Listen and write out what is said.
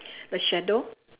the shadow